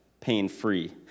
pain-free